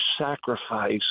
sacrifice